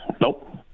Nope